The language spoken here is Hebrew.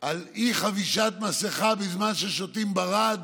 על אי-חבישת מסכה בזמן ששותים ברד,